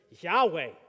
Yahweh